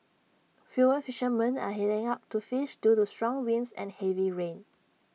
fewer fishermen are heading out to fish due to strong winds and heavy rain